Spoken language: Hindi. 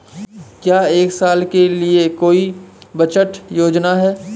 क्या एक साल के लिए कोई बचत योजना है?